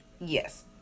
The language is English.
Yes